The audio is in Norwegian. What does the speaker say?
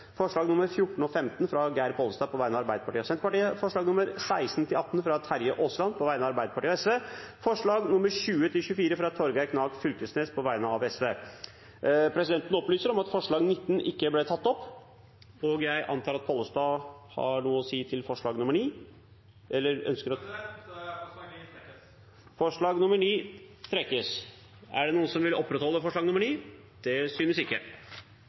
forslag. Det er forslagene nr. 1–13, fra Geir Pollestad på vegne av Arbeiderpartiet, Senterpartiet og Sosialistisk Venstreparti forslagene nr. 14 og 15, fra Geir Pollestad på vegne av Arbeiderpartiet og Senterpartiet forslagene nr. 16–18, fra Terje Aasland på vegne av Arbeiderpartiet og Sosialistisk Venstreparti forslagene nr. 20–24, fra Torgeir Knag Fylkesnes på vegne av Sosialistisk Venstreparti Presidenten opplyser om at forslag 19 ikke ble tatt opp. Representanten Geir Pollestad har bedt om ordet. Eg trekkjer forslag nr. 9. Da er forslag nr. 9 trukket. Det